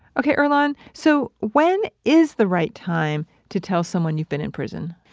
okay earlonne, so when is the right time to tell someone you've been in prison?